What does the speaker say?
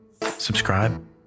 subscribe